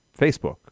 Facebook